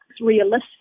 realistic